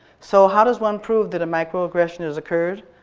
so how does one prove that a microaggression has occurred?